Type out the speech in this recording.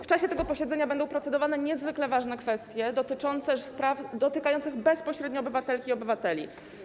W czasie tego posiedzenia będziemy procedować nad niezwykle ważnymi kwestiami dotyczącymi spraw dotykających bezpośrednio obywatelek i obywateli.